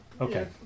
Okay